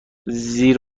زیر